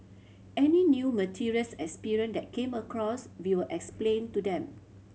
any new materials experience that came across we will explain to them